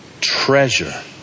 Treasure